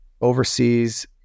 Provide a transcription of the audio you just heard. overseas